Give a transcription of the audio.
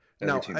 now